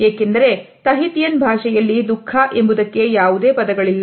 ಏಕೆಂದರೆ ತಹಿತಿಯನ್ ಭಾಷೆಯಲ್ಲಿ ದುಃಖ ಎಂಬುದಕ್ಕೆ ಯಾವುದೇ ಪದಗಳಿಲ್ಲ